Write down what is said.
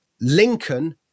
Lincoln